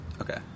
okay